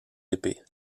épées